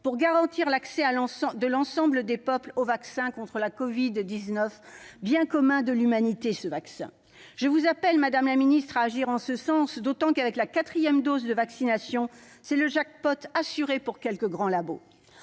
pour garantir l'accès de l'ensemble des peuples au vaccin contre la covid-19, bien commun de l'humanité. Je vous appelle d'autant plus à agir en ce sens, madame la ministre, qu'avec la quatrième dose de vaccination, c'est le jackpot assuré pour quelques grands